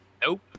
Nope